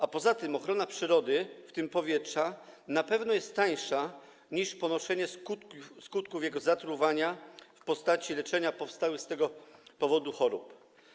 A poza tym ochrona przyrody, w tym powietrza, na pewno jest tańsza niż ponoszenie skutków jego zatruwania, w postaci leczenia powstałych z tego powodu chorób.